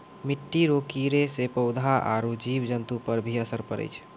मिट्टी रो कीड़े से पौधा आरु जीव जन्तु पर भी असर पड़ै छै